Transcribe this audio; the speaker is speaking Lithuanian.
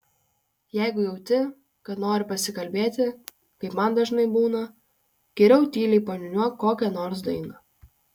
jeigu jauti kad nori pasikalbėti kaip man dažnai būna geriau tyliai paniūniuok kokią nors dainą